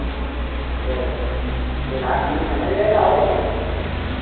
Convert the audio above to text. तो तो लास्ट में समझ लेना और क्या